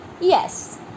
Yes